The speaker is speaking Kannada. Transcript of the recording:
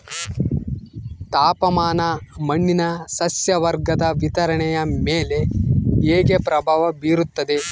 ತಾಪಮಾನ ಮಣ್ಣಿನ ಸಸ್ಯವರ್ಗದ ವಿತರಣೆಯ ಮೇಲೆ ಹೇಗೆ ಪ್ರಭಾವ ಬೇರುತ್ತದೆ?